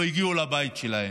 לא הגיעו לבית שלהם.